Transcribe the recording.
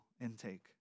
intake